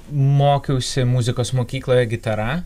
mokiausi muzikos mokykloje gitara